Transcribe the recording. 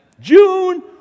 June